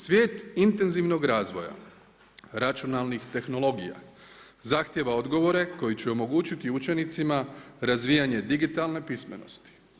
Svijet intenzivnog razvoja, računalnih tehnologija zahtijeva odgovore koji će omogućiti učenicima razvijanje digitalne pismenosti.